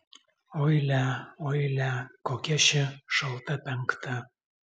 oi lia oi lia kokia ši šalta penkta